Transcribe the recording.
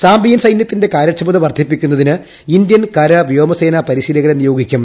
Zambian സൈന്യത്തിന്റെ കാര്യക്ഷമത വർദ്ധിപ്പിക്കുന്നതിന് ഇന്ത്യൻ കര വ്യോമ സേനാ പരിശീലകരെ നിയോഗിക്കും